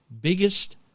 biggest